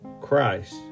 Christ